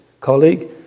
colleague